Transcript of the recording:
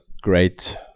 great